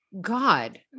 god